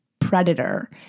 predator